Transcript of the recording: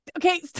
Okay